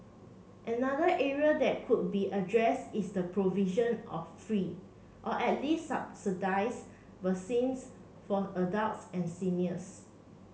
another area that could be address is the provision of free or at least subsidise vaccines for adults and seniors